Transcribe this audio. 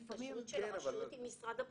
זו התקשרות של הרשות עם משרד הבריאות.